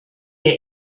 ihr